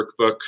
Workbook